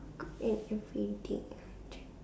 k~ an infinity object